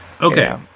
Okay